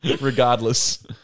Regardless